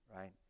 right